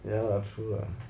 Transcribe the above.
ya lah true lah